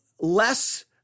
less